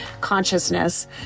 consciousness